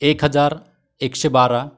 एक हजार एकशे बारा